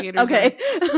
Okay